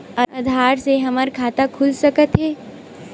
आधार से हमर खाता खुल सकत हे?